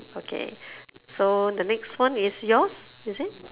okay so the next one is yours is it